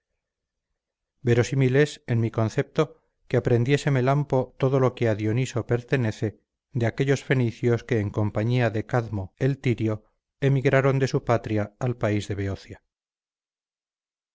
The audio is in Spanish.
costumbre verosímil es en mi concepto que aprendiese melampo todo lo que a dioniso pertenece de aquellos fenicios que en compañía de cadmo el tirio emigraron de su patria al país de beocia